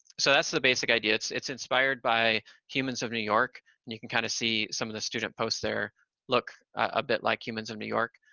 so that's the basic idea. it's it's inspired by humans of new york, and you can kind of see some of the student posts there look a bit like humans of new york.